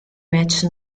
match